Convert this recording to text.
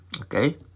Okay